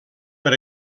per